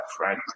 right